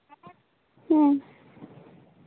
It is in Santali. ᱦᱮᱸ